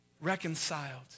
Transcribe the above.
Reconciled